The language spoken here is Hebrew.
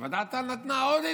וועדת טל נתנו עוד,